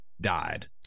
died